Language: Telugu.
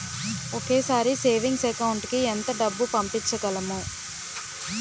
ఒకేసారి సేవింగ్స్ అకౌంట్ కి ఎంత డబ్బు పంపించగలము?